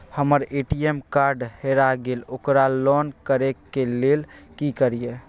हमर ATM card हेरा गेल ओकरा लॉक करै के लेल की करियै?